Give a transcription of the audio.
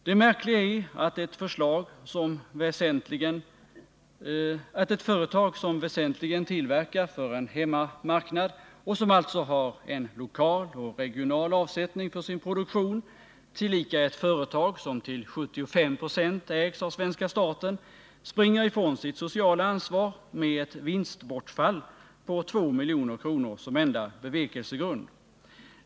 Det märkliga är att ett företag som väsentligen tillverkar för en hemmamarknad och som alltså har en lokal och regional avsättning för sin produktion, tillika ett företag som till 75 26 ägs av svenska staten, springer ifrån sitt sociala ansvar med ett vinstbortfall på 2 milj.kr. som enda bevekelsegrund.